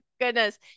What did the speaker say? goodness